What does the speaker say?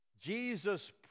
Jesus